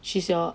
she's your